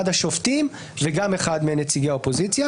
מהשופטים וגם אחד מנציגי האופוזיציה.